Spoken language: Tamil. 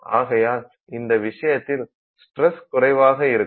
ஆகையால் இந்த விஷயத்தில் ஸ்டரஸ் குறைவாக இருக்கும்